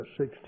16